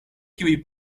kiuj